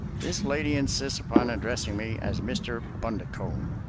this lady insists upon addressing me as mr. bundercombe.